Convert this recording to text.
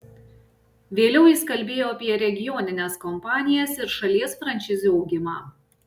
vėliau jis kalbėjo apie regionines kompanijas ir šalies franšizių augimą